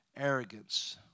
arrogance